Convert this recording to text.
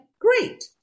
great